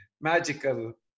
magical